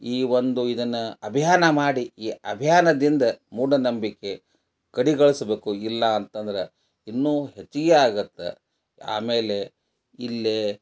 ಈ ಒಂದು ಇದನ್ನು ಅಭಿಯಾನ ಮಾಡಿ ಈ ಅಭಿಯಾನದಿಂದ ಮೂಢನಂಬಿಕೆ ಕಡಿಗೊಳಿಸ್ಬೇಕು ಇಲ್ಲ ಅಂತಂದ್ರೆ ಇನ್ನೂ ಹೆಚ್ಚಿಗೆ ಆಗತ್ತೆ ಆಮೇಲೆ ಇಲ್ಲಿ